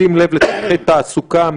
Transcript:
בשים לב לצורכי תעסוקה,